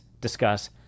discuss